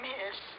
Miss